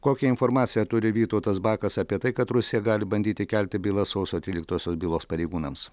kokią informaciją turi vytautas bakas apie tai kad rusija gali bandyti kelti bylą sausio tryliktosios bylos pareigūnams